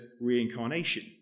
reincarnation